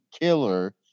killer